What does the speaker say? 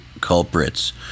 culprits